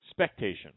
spectation